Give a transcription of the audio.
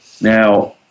Now